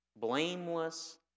blameless